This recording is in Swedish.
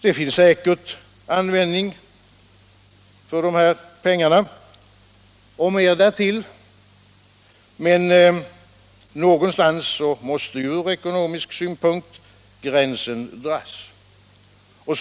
Det finns säkert användning för de pengarna och mer därtill, men någonstans måste ju från ekonomisk synpunkt gränsen dras.